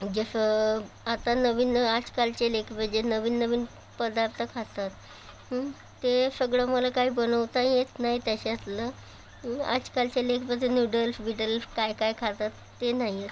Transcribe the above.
जसं आता नवीन आजकालचे लेकरं जे नवीन नवीन पदार्थ खातात ते सगळं मला काही बनवता येत नाही त्याच्यातलं आजकालच्या लेकराचे नूडल्स बिडल्स काय काय खातात ते नाही येत